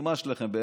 המשימה שלכם,